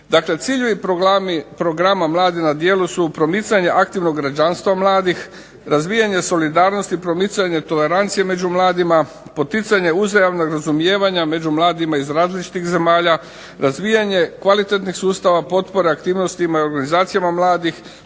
ciljevi Programa Mladi na djelu su promicanje aktivnog građanstva mladih, razvijanje solidarnosti, promicanje tolerancije među mladima, poticanje uzajamnog razumijevanja među mladima iz različitih zemalja, razvijanje kvalitetnih sustava potpore aktivnostima i organizacijama mladih,